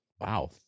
Wow